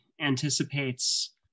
anticipates